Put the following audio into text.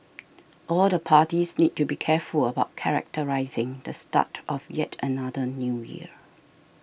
all the parties need to be careful about characterising the start of yet another New Year